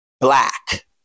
black